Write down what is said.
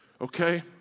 okay